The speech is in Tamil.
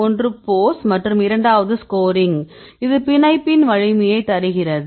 ஒன்று போஸ் மற்றும் இரண்டாவது ஸ்கோரிங் இது பிணைப்பின் வலிமையை தருகிறது